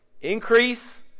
increase